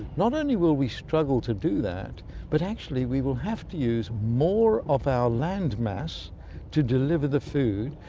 not only will we struggle to do that but actually we will have to use more of our land mass to deliver the food,